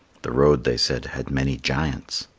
the road, they said, had many giants.